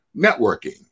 networking